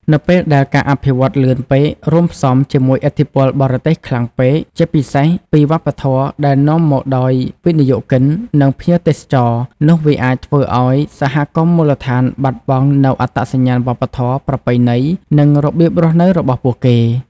នៅពេលដែល ការអភិវឌ្ឍលឿនពេក រួមផ្សំជាមួយ ឥទ្ធិពលបរទេសខ្លាំងពេក ជាពិសេសពីវប្បធម៌ដែលនាំមកដោយវិនិយោគិន និងភ្ញៀវទេសចរ នោះវាអាចធ្វើឲ្យ សហគមន៍មូលដ្ឋានបាត់បង់នូវអត្តសញ្ញាណវប្បធម៌ ប្រពៃណី និងរបៀបរស់នៅរបស់ពួកគេ។